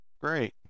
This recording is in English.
great